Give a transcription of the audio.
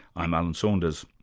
i'm alan saunders.